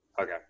Okay